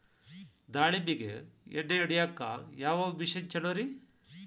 ದಾಳಿಂಬಿಗೆ ಎಣ್ಣಿ ಹೊಡಿಯಾಕ ಯಾವ ಮಿಷನ್ ಛಲೋರಿ?